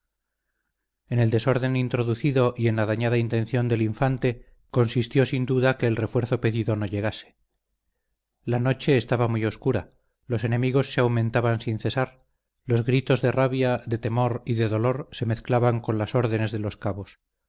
en el desorden introducido y en la dañada intención del infante consistió sin duda que el refuerzo pedido no llegase la noche estaba muy oscura los enemigos se aumentaban sin cesar los gritos de rabia de temor y de dolor se mezclaban con las órdenes de los cabos